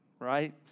Right